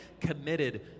committed